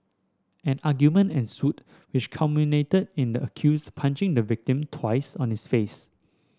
an argument ensued which culminated in the accused punching the victim twice on his face